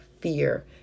fear